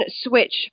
switch